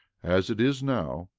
as it is now,